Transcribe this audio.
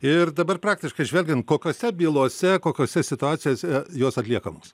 ir dabar praktiškai žvelgiant kokiose bylose kokiose situacijose jos atliekamos